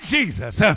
Jesus